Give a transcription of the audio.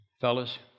Fellas